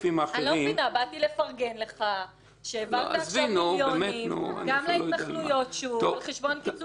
באתי לפרגן לך שהעברת עכשיו מיליונים גם להתנחלויות על חשבון קיצוצים.